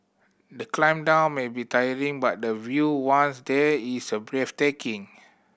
the climb down may be tiring but the view once there is a breathtaking